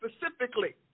specifically